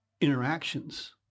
interactions